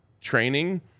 training